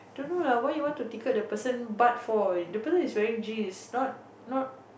don't know lah why you want to tickle the person butt for the person is wearing jeans not not